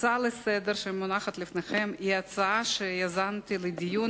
ההצעה לסדר-היום שמונחת לפניכם היא הצעה שיזמתי לדיון